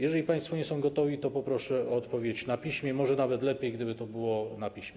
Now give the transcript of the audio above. Jeżeli państwo nie są gotowi, to poproszę o odpowiedź na piśmie, może nawet lepiej, gdyby to było na piśmie.